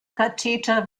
katheter